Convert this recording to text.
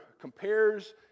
compares